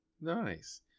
Nice